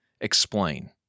explain